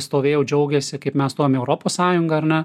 stovėjo džiaugėsi kaip mes stojom į europos sąjunga ar ne